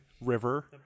river